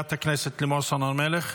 חברת הכנסת לימור סון הר מלך,